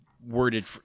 worded